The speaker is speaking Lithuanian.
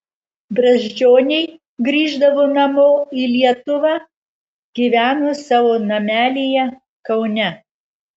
brazdžioniai grįždavo namo į lietuvą gyveno savo namelyje kaune